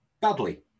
Badly